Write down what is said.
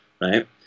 right